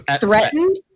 threatened